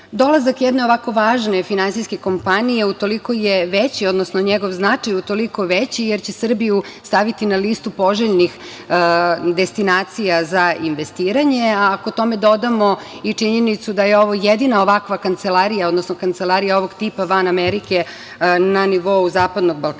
jedne ovako važne finansijske kompanije utoliko je veći, odnosno njegov značaj utoliko veći jer će Srbiju staviti na listu poželjnih destinacija za investiranje, a ako tome dodamo i činjenicu da je ovo jedina ovakva kancelarija, odnosno kancelarija ovog tipa van Amerike na nivou Zapadnog Balkana,